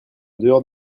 dehors